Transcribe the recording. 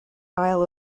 isle